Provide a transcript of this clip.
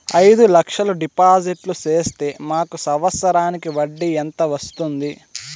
అయిదు లక్షలు డిపాజిట్లు సేస్తే మాకు సంవత్సరానికి వడ్డీ ఎంత వస్తుంది?